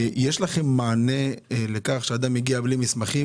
יש לכם מענה לכך שאדם מגיע בלי מסמכים?